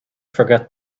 forget